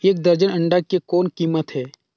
एक दर्जन अंडा के कौन कीमत हे?